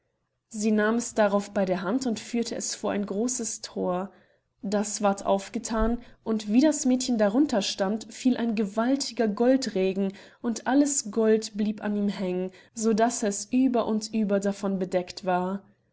sie nahm es darauf bei der hand und führte es vor ein großes thor das ward aufgethan und wie das mädchen darunter stand fiel ein gewaltiger goldregen und alles gold blieb an ihm hängen so daß es über und über davon bedeckt war